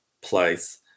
place